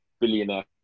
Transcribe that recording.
billionaire